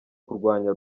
kurwanya